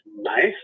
nice